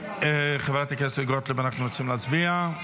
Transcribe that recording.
חברת הכנסת גוטליב, אנחנו רוצים להצביע.